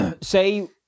Say